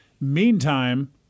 Meantime